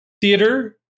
theater